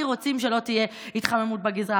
כי רוצים שלא תהיה התחממות בגזרה,